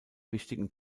wichtigen